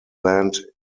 land